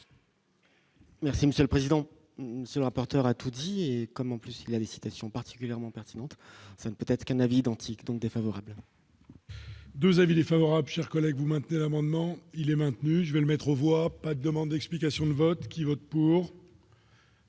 monsieur le président, monsieur le rapporteur a tout dit, comme en plus il y a des situations particulièrement pertinente, ça ne peut être qu'un avis identique donc défavorable. 2 avis défavorables, chers collègues, vous maintenez amendement il est maintenu, je vais le mettre aux voix pas demande explication de vote qui vote pour.